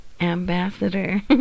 ambassador